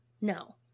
No